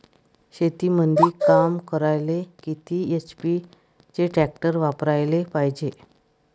शेतीमंदी काम करायले किती एच.पी चे ट्रॅक्टर वापरायले पायजे?